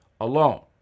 alone